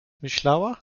myślała